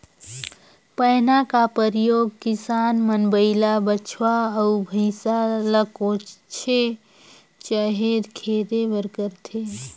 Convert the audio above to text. पैना का परियोग किसान मन बइला, बछवा, अउ भइसा ल कोचे चहे खेदे बर करथे